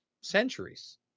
centuries